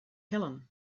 helen